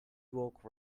woke